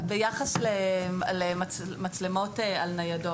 ביחס למצלמות על ניידות.